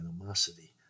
animosity